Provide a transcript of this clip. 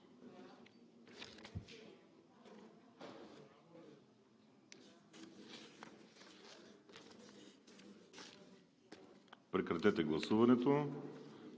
Прекратете гласуването